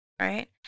right